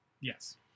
Yes